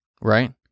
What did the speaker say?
right